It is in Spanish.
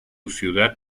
ciudad